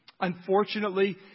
Unfortunately